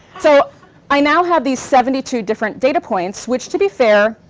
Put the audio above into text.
so i now have these seventy two different data points, which, to be fair,